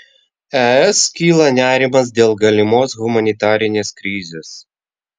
es kyla nerimas dėl galimos humanitarinės krizės